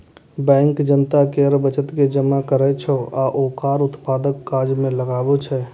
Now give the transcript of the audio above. bank जनता केर बचत के जमा करै छै आ ओकरा उत्पादक काज मे लगबै छै